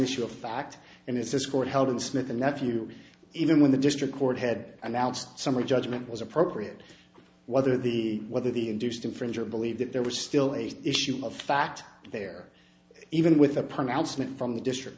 issue of fact and if this court held in smith and nephew even when the district court had announced summary judgment was appropriate whether the whether the induced infringer believe that there was still a issue of fact there even with a pronouncement from the district